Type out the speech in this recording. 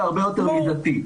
הרבה יותר מידתי.